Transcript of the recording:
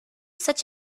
such